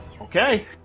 Okay